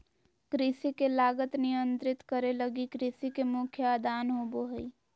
कृषि के लागत नियंत्रित करे लगी कृषि के मुख्य आदान होबो हइ